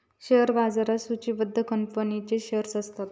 share बाजारात सुचिबद्ध कंपनींचेच शेअर्स असतत